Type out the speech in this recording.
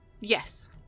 Yes